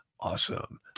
Awesome